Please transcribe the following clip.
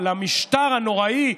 למשטר הנוראי,